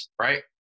right